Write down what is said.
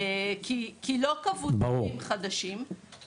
כי לא קבעו נהלים חדשים,